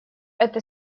эта